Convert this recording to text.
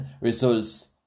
results